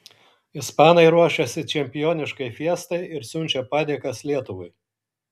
ispanai ruošiasi čempioniškai fiestai ir siunčia padėkas lietuvai